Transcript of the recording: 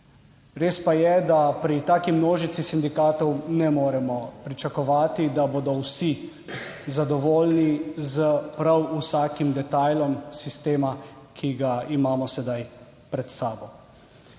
Res pa je, da pri taki množici sindikatov ne moremo pričakovati, da bodo vsi zadovoljni s prav vsakim detajlom sistema, ki ga imamo sedaj pred sabo.